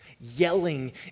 yelling